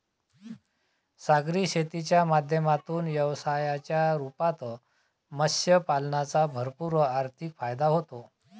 सागरी शेतीच्या माध्यमातून व्यवसायाच्या रूपात मत्स्य पालनाचा भरपूर आर्थिक फायदा होतो